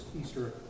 Easter